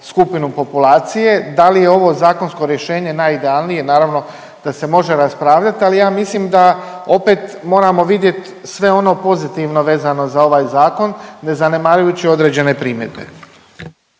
skupinu populacije, da li je ovo zakonsko rješenje najidealnije, naravno da se može raspravljat ali ja mislim da opet moramo vidjet sve ono pozitivno vezano za ovaj zakon, ne zanemarujući određene primjedbe.